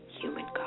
human